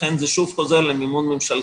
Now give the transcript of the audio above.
ולכן זה שוב חוזר למימון ממשלתי.